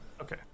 okay